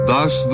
Thus